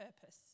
purpose